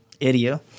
area